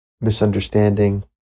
misunderstanding